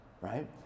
right